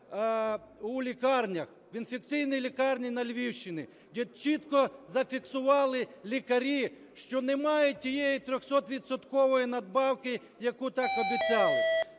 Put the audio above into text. у лікарнях, в інфекційній лікарні на Львівщині, де чітко зафіксували лікарі, що немає тієї 300-відсоткової надбавки, яку так обіцяли.